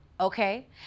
okay